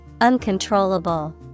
Uncontrollable